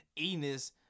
Enos